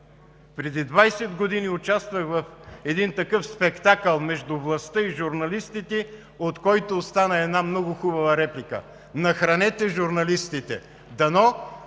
Преди 20 години участвах в един такъв спектакъл между властта и журналистите, от който остана една много хубава реплика – „Нахранете журналистите“.